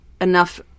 enough